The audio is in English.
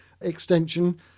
extension